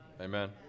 Amen